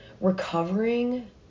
Recovering